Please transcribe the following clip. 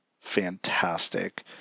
fantastic